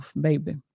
baby